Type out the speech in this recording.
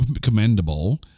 Commendable